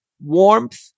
warmth